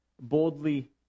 boldly